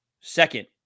Second